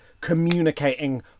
communicating